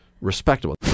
respectable